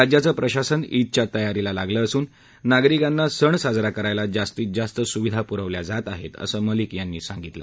राज्याचं प्रशासन ईदच्या तयारीला लागलं असून नागरिकांना सण साजरा करायला जास्तीत जास्त सुविधा पुरवल्या जात आहेत असं मलिक यांनी सांगितलं